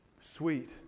sweet